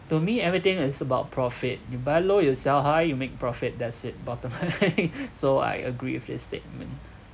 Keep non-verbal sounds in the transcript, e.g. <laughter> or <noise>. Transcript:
to me everything is about profit you buy low you sell high you make profit that's it bottom line <laughs> so I agree with this statement